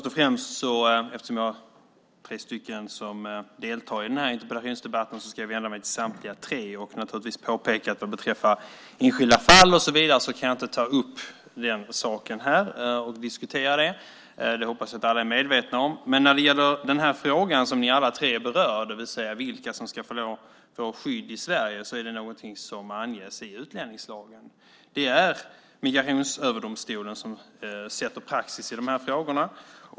Herr talman! Jag ska vända mig till samtliga tre som deltar i debatten och påpeka att enskilda fall kan jag inte ta upp och diskutera här. Det hoppas jag att alla är medvetna om. Den fråga som ni alla tre berör, alltså vilka som ska få skydd i Sverige, är något som anges i utlänningslagen. Det är Migrationsöverdomstolen som sätter praxis i de här frågorna.